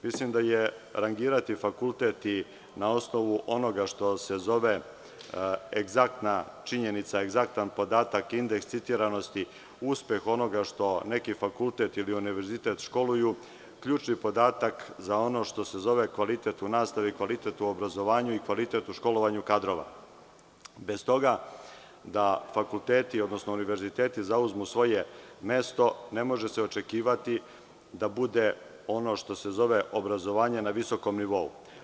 Mislim da je rangirati fakultet i na osnovu onoga što se zove egzaktna činjenica, egzaktan podatak, indeks citiranosti uspeh onoga što neki fakultet ili univerzitet školuju, ključni podatak za ono što se zove kvalitet u nastavi i kvalitet u obrazovanju i kvalitetu u školovanju kadrova bez toga da fakulteti, odnosno univerziteti zauzmu svoje mesto, ne može se očekivati da bude ono što se zove obrazovanje na visokom nivou.